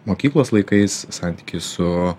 mokyklos laikais santykis su